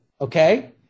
Okay